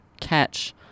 catch